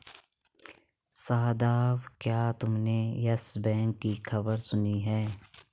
शादाब, क्या तुमने Yes Bank की खबर सुनी है?